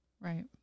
Right